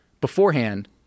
beforehand